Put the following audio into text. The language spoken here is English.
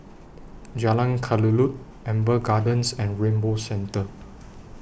Jalan Kelulut Amber Gardens and Rainbow Centre